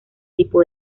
tipo